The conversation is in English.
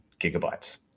gigabytes